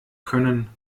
können